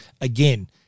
Again